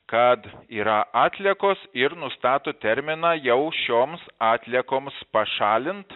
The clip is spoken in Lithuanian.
kad yra atliekos ir nustato terminą jau šioms atliekoms pašalint